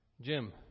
Jim